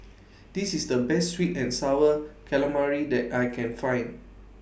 This IS The Best Sweet and Sour Calamari that I Can Find